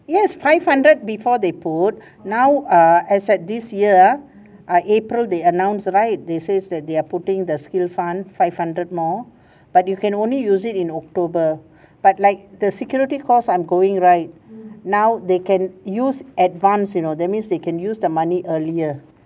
yes five hundred before they put now err as at this year ah err april they announce right they say that they are putting in the skill fund five hundred more but you can only use it in october but like the security course I'm going right now they can use advance you know that means they can use the money earlier